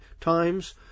times